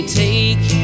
take